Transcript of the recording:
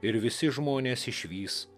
ir visi žmonės išvys